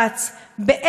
באיזה רגע